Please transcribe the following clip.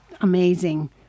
amazing